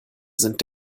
sind